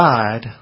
God